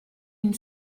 une